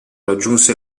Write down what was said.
raggiunse